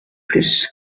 plus